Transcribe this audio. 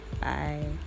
bye